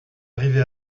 arrivé